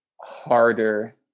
harder